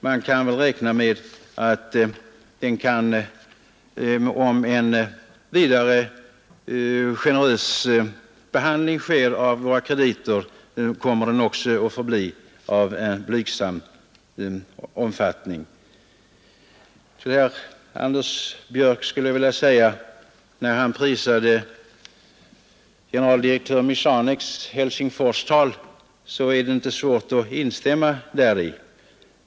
Man kan väl räkna med att den, under förutsättning av en vidare generös behandling av våra krediter, också kommer att förbli av blygsam omfattning. Till herr Anders Björck skulle jag vilja säga att när han prisar generaldirektör Michaneks Helsingforstal är det inte svårt att instämma däri.